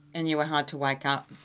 and you were hard to wake up.